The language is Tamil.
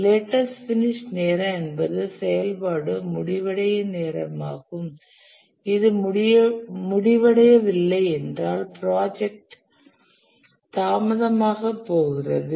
லேட்டஸ்ட் பினிஷ் நேரம் என்பது செயல்பாடு முடிவடையும் நேரமாகும் இது முடிவடையவில்லை என்றால் ப்ராஜெக்ட் தாமதமாகப் போகிறது